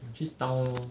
我去 town lor